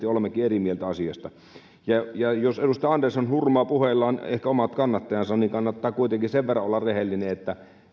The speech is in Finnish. aatteellisesti olemmekin eri mieltä asiasta jos edustaja andersson hurmaa puheellaan ehkä omat kannattajansa niin kannattaa kuitenkin sen verran olla rehellinen että